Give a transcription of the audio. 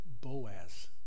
Boaz